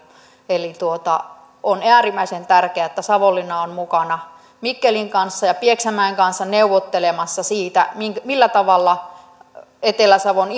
eli on äärimmäisen tärkeää että savonlinna on mukana mikkelin kanssa ja pieksämäen kanssa neuvottelemassa siitä millä tavalla etelä savon